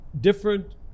different